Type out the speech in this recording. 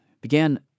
began